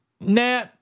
nah